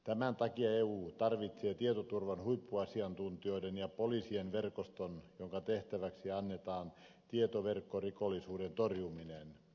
tämän takia eu tarvitsee tietoturvan huippuasiantuntijoiden ja poliisien verkoston jonka tehtäväksi annetaan tietoverkkorikollisuuden torjuminen